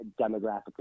demographically